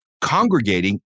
congregating